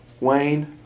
Wayne